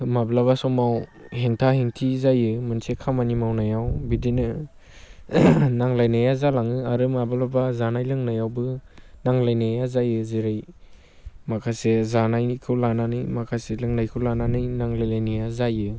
माब्लाबा समाव हेंथा हेंथि जायो मोनसे खामानि मावनायाव बिदिनो नांज्लायानाया जालाङो आरो माब्लाबा जानाय लोंनायावबो नांज्लायनाया जायो जेरै माखासे जानायनिखौ लानानै माखासे लोंनायखौ लानानै नांज्लायलायनाया जायो